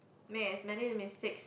make as many mistakes